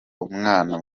umwana